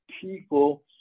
people